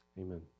Amen